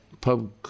pub